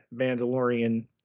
Mandalorian